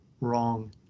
wrong